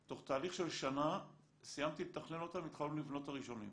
תוך תהליך של שנה סיימתי לתכנן אותם והתחלנו לבנות את הראשונים.